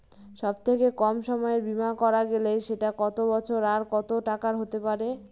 সব থেকে কম সময়ের বীমা করা গেলে সেটা কত বছর আর কত টাকার হতে পারে?